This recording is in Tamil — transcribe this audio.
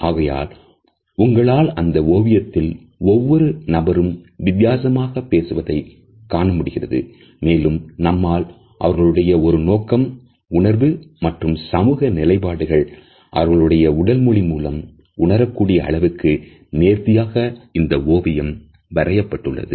ஆகையால் உங்களால் அந்த ஓவியத்தில் ஒவ்வொரு நபரும் வித்தியாசமாக பேசுவதை காணமுடிகிறது மேலும் நம்மால் அவர்களுடைய ஒரு நோக்கம் உணர்திறன் மற்றும் சமூக நிலைப்பாடுகள் அவர்களுடைய உடல்மொழி மூலம் உணரக் கூடிய அளவுக்கு நேர்த்தியாக இந்த ஓவியம் வரையப்பட்டுள்ளது